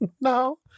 No